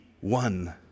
one